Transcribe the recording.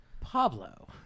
Pablo